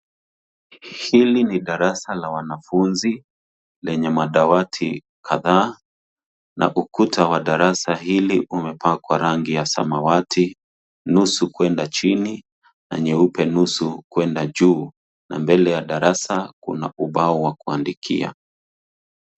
Hili ni darasa la wanafunzi lenye madawati kadhaa na ukuta wa darasa hili umepakwa rangi ya samawati nusu kuenda chini na nyeupe nusu kuenda juu na mbele ya darasa kuna ubao wa kuandikia.